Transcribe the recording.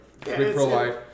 pro-life